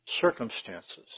Circumstances